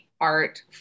art